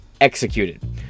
executed